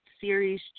series